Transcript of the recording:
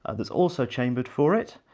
and that's also chambered for it,